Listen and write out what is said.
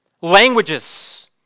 languages